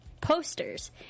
posters